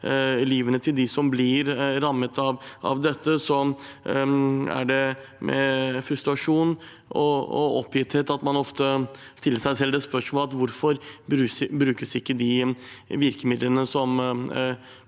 livet til dem som blir rammet av dette, er det med frustrasjon og oppgitthet man ofte stiller seg selv spørsmålet: Hvorfor brukes ikke de virkemidlene som